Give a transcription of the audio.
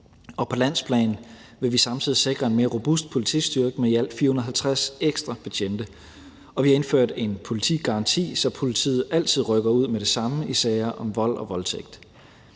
og på landsplan vil vi samtidig sikre en mere robust politistyrke med i alt 450 ekstra betjente, og vi har indført en politigaranti, så politiet altid rykker ud med det samme i sager om vold og voldtægt.